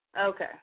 Okay